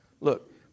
Look